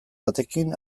batekin